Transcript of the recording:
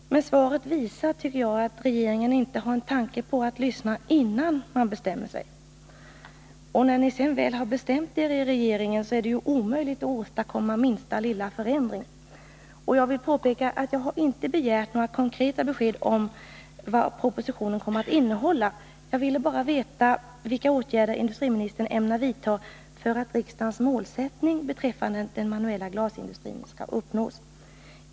Svaret visar att regeringen inte har en tanke på att lyssna innan man bestämmer sig. När ni sedan väl bestämt er i regeringen är det ju omöjligt att åstadkomma minsta lilla förändring. Jag vill påpeka att jag inte har begärt några konkreta besked om vad propositionen kommer att innehålla. Jag vill bara veta vilka åtgärder industriministern ämnat vidta för att riksdagens målsättning beträffande den manuella glasindustrin skall uppnås.